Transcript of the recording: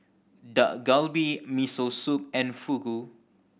Dak Galbi Miso Soup and Fugu